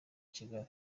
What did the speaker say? kigali